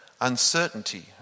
uncertainty